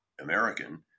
American